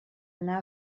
anar